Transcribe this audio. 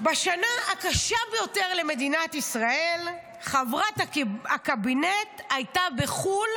בשנה הקשה ביותר למדינת ישראל חברת הקבינט הייתה בחו"ל.